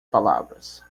palavras